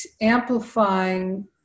amplifying